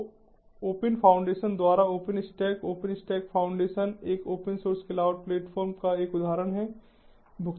तो open foundation द्वारा OpenStack OpenStack foundation एक ओपन सोर्स क्लाउड प्लेटफॉर्म का एक उदाहरण है